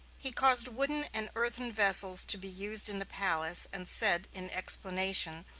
he caused wooden and earthen vessels to be used in the palace, and said, in explanation,